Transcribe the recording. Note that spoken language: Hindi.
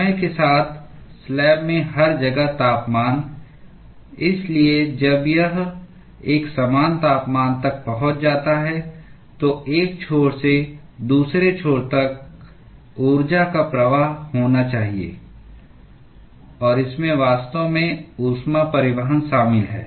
समय के साथ स्लैब में हर जगह तापमान इसलिए जब यह एक समान तापमान तक पहुंच जाता है तो एक छोर से दूसरे छोर तक ऊर्जा का प्रवाह होना चाहिए और इसमें वास्तव में ऊष्मा परिवहन शामिल है